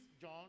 John